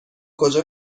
کجا